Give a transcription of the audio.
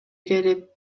келип